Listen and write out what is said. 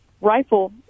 rifle